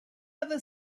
other